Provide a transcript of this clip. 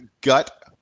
gut